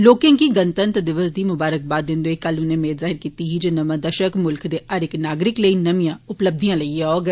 लोर्के गी गणतंत्र दिवस दी म्बारकबाद दिंदे होई उनें मेद जाहिर कीती जे नमां दशक म्ल्ख ते हर नागरिक लेई नमियां उपलब्धियां लेइए औग